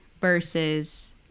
versus